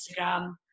Instagram